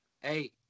Hey